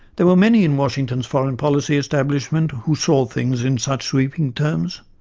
there were many in washington's foreign policy establishment who saw things in such sweeping terms,